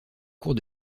cours